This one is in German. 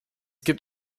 gibt